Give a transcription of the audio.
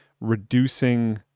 reducing